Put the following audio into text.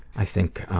i think um.